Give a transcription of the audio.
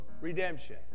redemption